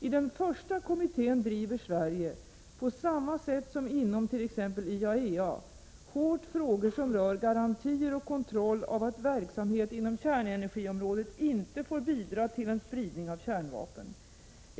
I den första kommittén driver Sverige, på samma sätt som inom t ex. IAEA, hårt frågor som rör garantier och kontroll av att verksamhet inom kärnenergiområdet inte får bidra till en spridning av kärnvapen.